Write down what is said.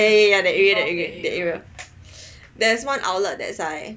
ya ya ya that area that area there is one outlet that side